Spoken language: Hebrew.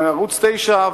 וערוץ-9,